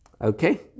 Okay